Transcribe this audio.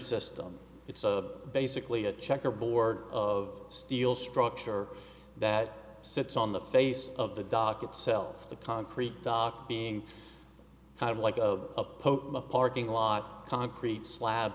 system it's basically a checkerboard of steel structure that sits on the face of the dock itself the concrete dock being kind of like of a parking lot concrete slab